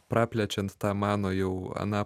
praplečiant tą mano jau aną